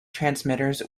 transmitters